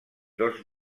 dos